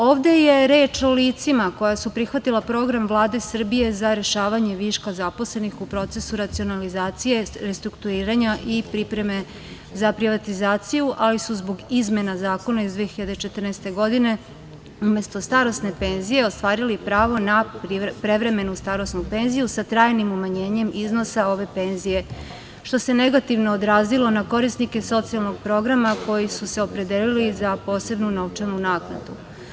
Ovde je reč o licima koja su prihvatila program Vlade Srbije za rešavanje viška zaposlenih u procesu racionalizacije, restrukturiranja i pripreme za privatizaciju, ali su zbog izmena zakona iz 2014. godine umesto starosne penzije ostvarili pravo na prevremenu starosnu penziju sa trajnim umanjenjem iznosa ove penzije, što se negativno odrazilo na korisnike socijalnog programa koji su se opredelili za posebnu novčanu naknadu.